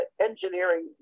engineering